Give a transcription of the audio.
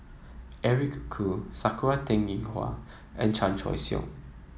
Eric Khoo Sakura Teng Ying Hua and Chan Choy Siong